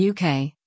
UK